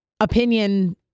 opinion